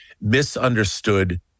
misunderstood